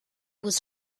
was